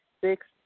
six